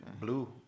blue